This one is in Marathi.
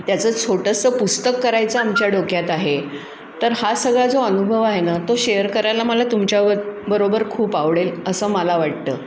त्याचं छोटंसं पुस्तक करायचं आमच्या डोक्यात आहे तर हा सगळा जो अनुभव आहे ना तो शेअर करायला मला तुमच्याबरोबर खूप आवडेल असं मला वाटतं